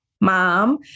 mom